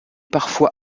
parfois